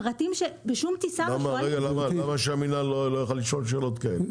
אלה פרטים שבשום טיסה --- למה שהמינהל לא יוכל לשאול שאלות כאלה?